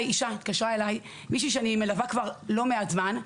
התקשרה אליי מישהי שאני מלווה כבר לא מעט זמן.